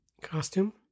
costume